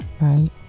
right